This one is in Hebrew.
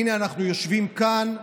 הינה, אנחנו יושבים כאן כולנו,